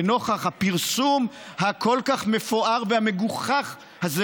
לנוכח הפרסום המפואר כל כך והמגוחך הזה